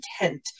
intent